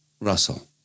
Russell